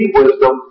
wisdom